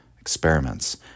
experiments